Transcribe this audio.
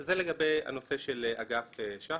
זה לגבי הנושא של אגף שח"ר.